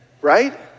right